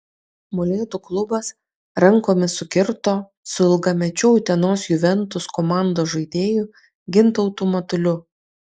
molėtų klubas rankomis sukirto su ilgamečiu utenos juventus komandos žaidėju gintautu matuliu